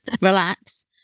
relax